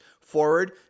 forward